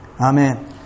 Amen